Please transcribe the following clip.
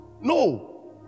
No